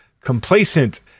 Complacent